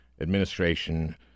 administration